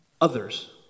Others